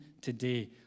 today